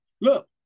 Look